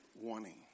warning